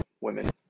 women